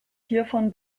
hiervon